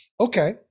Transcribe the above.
Okay